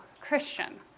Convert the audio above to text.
christian